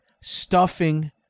stuffing